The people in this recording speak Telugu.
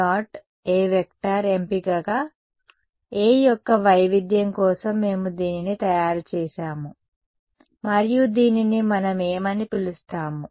A ఎంపికగా A యొక్క వైవిధ్యం కోసం మేము దీనిని తయారు చేసాము మరియు దీనిని మనం ఏమని పిలుస్తాము